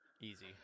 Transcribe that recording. Easy